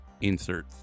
insert